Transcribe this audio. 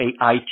AI